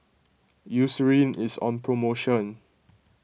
Eucerin is on promotion